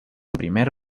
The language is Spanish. primer